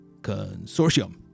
Consortium